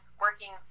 working